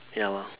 ya lor